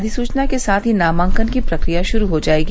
अधिसूचना के साथ ही नामांकन की प्रक्रिया शुरू हो जायेगी